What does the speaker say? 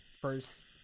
first